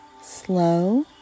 Slow